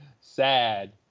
Sad